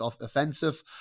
offensive